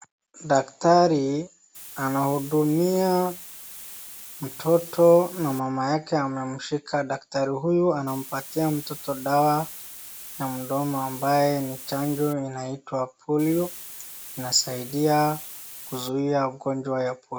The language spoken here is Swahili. Daktari anahudumia mtoto na mama yake amemshika. Daktari huyu anampatia mtoto dawa ya mdomo ambaye ni chanjo inaitwa polio. Inasaidia kuzuia ugonjwa ya polio.